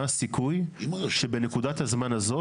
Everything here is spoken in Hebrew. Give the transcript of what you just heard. מה הסיכוי שבנקודת הזמן הזאת,